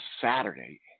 Saturday